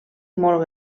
molt